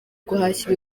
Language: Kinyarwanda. guhashya